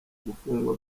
gufungwa